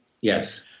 Yes